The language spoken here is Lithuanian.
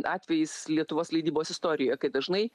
atvejis lietuvos leidybos istorijoje kai dažnai